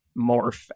morph